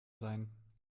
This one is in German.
sein